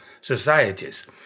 societies